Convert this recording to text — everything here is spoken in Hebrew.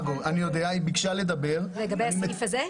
ביקשה לדבר על הסעיף הזה.